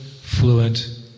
fluent